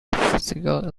physical